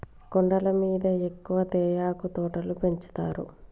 కొండల మీద ఎక్కువ తేయాకు తోటలు పెంచుతారు